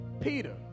Peter